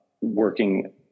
working